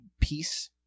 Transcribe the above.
peace